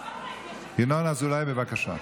ינון אזולאי, בבקשה.